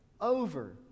over